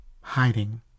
hiding